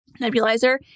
nebulizer